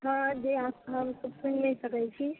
हँ जे हम अहाँ सुनि नहि सकैत छी